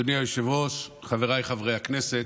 אדוני היושב-ראש, חבריי חברי הכנסת,